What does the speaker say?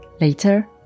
Later